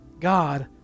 God